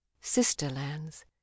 sister-lands